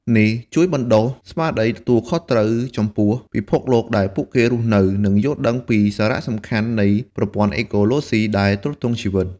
នេះជួយបណ្ដុះស្មារតីទទួលខុសត្រូវចំពោះពិភពលោកដែលពួកគេរស់នៅ និងយល់ដឹងពីសារៈសំខាន់នៃប្រព័ន្ធអេកូឡូស៊ីដែលទ្រទ្រង់ជីវិត។